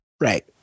Right